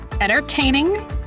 entertaining